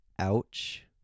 ouch